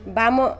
ବାମ